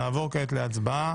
נעבור כעת להצבעה.